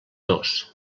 dos